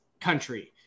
country